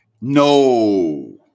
No